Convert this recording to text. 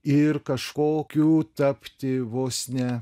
ir kažkokių tapti vos ne